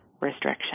restriction